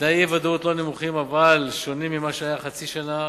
תנאי האי-ודאות לא נמוכים אבל שונים ממה שהיה חצי שנה.